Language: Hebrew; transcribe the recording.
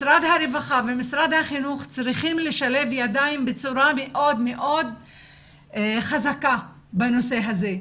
משרד הרווחה ומשרד החינוך צריכים לשלב ידיים בצורה מאוד חזקה בנושא הזה,